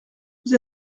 vous